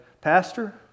Pastor